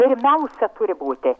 pirmiausia turi būti